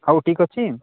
ହଉ ଠିକଅଛି